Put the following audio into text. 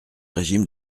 régime